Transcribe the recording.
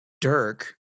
Dirk